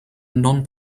non